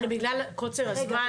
בגלל קוצר הזמן.